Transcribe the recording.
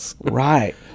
Right